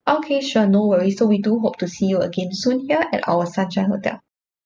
okay sure no worries so we do hope to see you again soon ya at our sunshine hotel